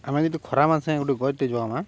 ଆମେ ଯଦି ଖରା ମାସେ ଗୁଟେ ଗଛ୍ଟେ ଜଗାମା